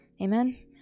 Amen